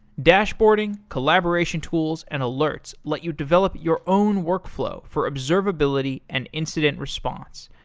dashboarding, collaboration tools, and alerts let you develop your own workflow for observability and incident response.